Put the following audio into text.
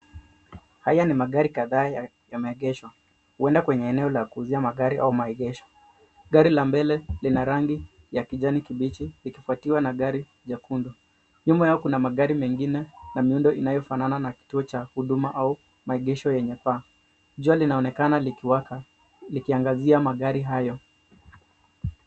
Haya ni magari kadhaa yameegeshwa. Huenda kwenye eneo la kuuzia magari au maegesho. Gari la mbele lina rangi ya kijani kibichi, likifuatiwa na gari jekundu. Nyuma yao kuna magari mengine na miundo inayofanana na kituo cha huduma au maegesho yenye paa. Jua linaonekana likiwaka likiangazia magari hayo.